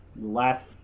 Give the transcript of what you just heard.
last